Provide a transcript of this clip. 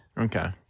Okay